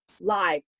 live